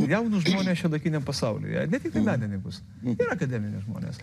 jaunus žmones šiuolaikiniam pasauly ar ne tiktai menininkus ne akademinius žmones